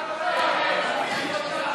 הצעת חוק-יסוד: